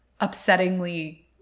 upsettingly